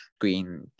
green